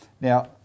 Now